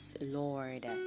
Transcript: Lord